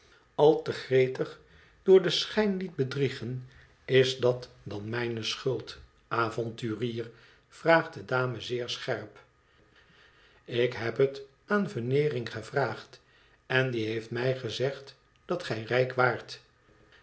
al te gretig door den schijn liet bedriegen is dat dan mijne schuld avonturier raagt de dame zeer scherp ik heb het aan veneering gevraagd en die heeft mij gezegd dat gij lijk waart